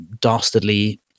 dastardly